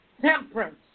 temperance